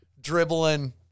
dribbling